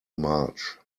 march